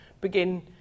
begin